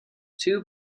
two